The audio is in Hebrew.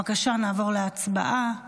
בבקשה, נעבור להצבעה.